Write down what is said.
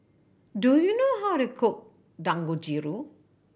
do you know how to cook Dangojiru